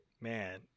Man